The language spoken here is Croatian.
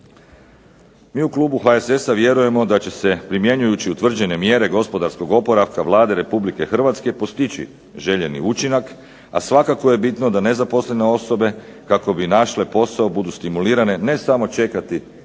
Mi u klubu HSS-a vjerujemo da će se primjenjujući utvrđene mjere gospodarskog oporavka Vlada Republike Hrvatske postići željeni učinak, a svakako je bitno da nezaposlene osobe kako bi našle posao budu stimulirane ne samo čekati i